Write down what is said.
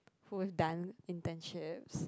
who have done internships